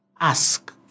ask